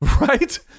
Right